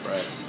Right